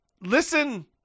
listen